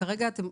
כרגע אתם,